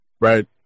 right